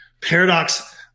paradox